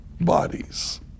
bodies